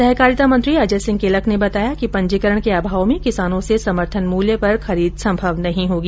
सहकारिता मंत्री अजय सिंह किलक ने बताया कि पंजीकरण के अभाव में किसानों से समर्थन मूल्य पर खरीद संभव नहीं होगी